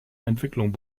entwicklung